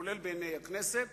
כולל בעיני הכנסת,